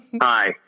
Hi